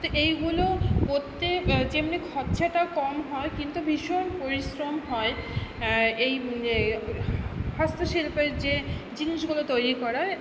তো এইগুলো যেমনি খরচাটা কম হয় কিন্তু ভীষণ পরিশ্রম হয় এই হস্তশিল্পের যে জিনিসগুলো তৈরি করায়